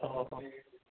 ହଉ ହଉ